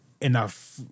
enough